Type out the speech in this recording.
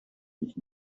sich